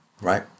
Right